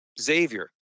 Xavier